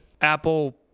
Apple